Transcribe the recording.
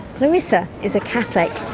clarissa is a catholic.